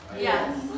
Yes